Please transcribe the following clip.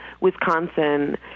Wisconsin